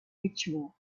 ritual